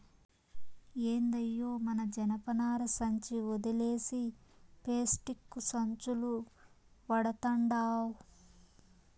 ఏందయ్యో మన జనపనార సంచి ఒదిలేసి పేస్టిక్కు సంచులు వడతండావ్